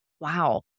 Wow